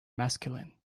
masculine